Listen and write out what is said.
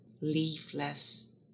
leafless